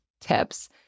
tips